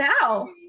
now